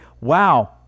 Wow